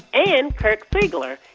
and kirk siegler,